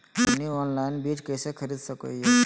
हमनी ऑनलाइन बीज कइसे खरीद सको हीयइ?